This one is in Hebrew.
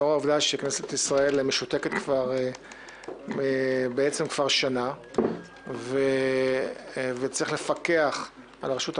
לאור העובדה שכנסת ישראל משותקת כבר שנה וצריך לפקח על הרשות המבצעת.